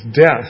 death